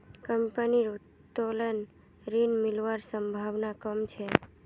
कंपनीर उत्तोलन ऋण मिलवार संभावना कम छ